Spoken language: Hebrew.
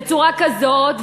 בצורה כזאת,